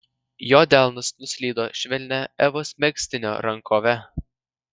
jo delnas nuslydo švelnia evos megztinio rankove